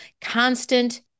Constant